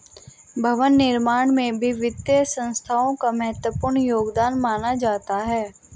भवन निर्माण में भी वित्तीय संस्थाओं का महत्वपूर्ण योगदान माना जाता है